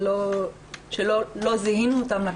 שלא זיהינו אותם,